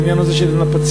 העניין הזה של נפצים.